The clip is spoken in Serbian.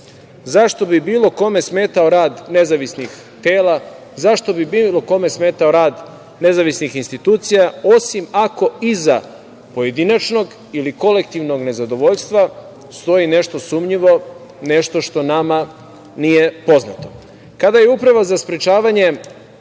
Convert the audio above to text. Zašto bi bilo kome smetao rad nezavisnih tela, zašto bi bilo kome smetao rad nezavisnih institucija, osim ako iza pojedinačnog ili kolektivnog nezadovoljstva stoji nešto sumnjivo, nešto što nama nije poznato? Kada je Uprava za sprečavanje